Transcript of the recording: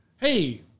Hey